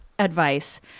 advice